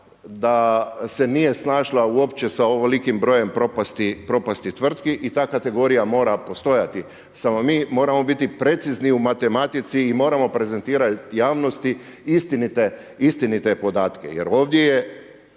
da se nije snašla uopće sa ovolikim brojem propasti tvrtki i ta kategorija mora postojati. Samo mi moramo biti precizni u matematici i moramo prezentirati javnosti istinite podatke jer ovdje je